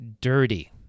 dirty